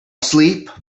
asleep